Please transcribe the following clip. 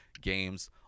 games